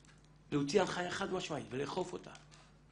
להוציא הנחיה חד משמעית ולאכוף אותה,